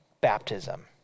baptism